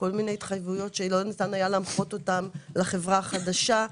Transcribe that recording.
כל מיני התחייבויות שלא ניתן היה להמחות אותן לחברה החדשה.